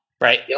right